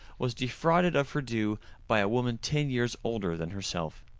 was defrauded of her due by a woman ten years older than herself.